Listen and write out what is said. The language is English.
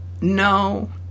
no